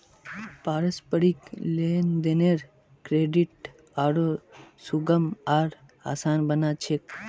पारस्परिक लेन देनेर क्रेडित आरो सुगम आर आसान बना छेक